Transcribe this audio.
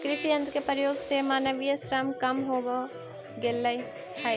कृषि यन्त्र के प्रयोग से मानवीय श्रम कम हो गेल हई